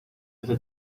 esta